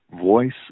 Voice